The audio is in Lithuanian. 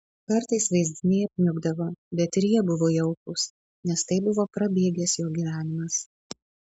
kartais vaizdiniai apniukdavo bet ir jie buvo jaukūs nes tai buvo prabėgęs jo gyvenimas